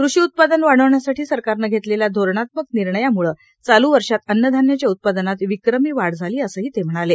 कृषी उत्पादन वाढवण्यासाठी सरकारनं घेतलेल्या धोरणात्मक निर्णयाम्ळे चालू वर्षात अन्न धान्याच्या उत्पादनात विक्रमी वाढ झाली आहे असे ते म्हणाले